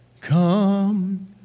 Come